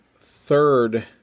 third